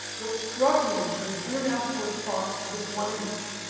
what struck me was the international response to this one image.